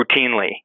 routinely